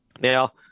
now